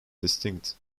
distinct